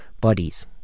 bodies